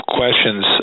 questions